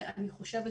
ואני חושבת,